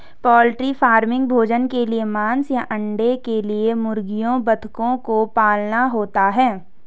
poultry farming भोजन के लिए मांस या अंडे के लिए मुर्गियों बतखों को पालना होता है